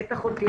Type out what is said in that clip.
בית אחותי,